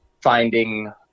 finding